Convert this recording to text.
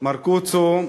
מרקוצו,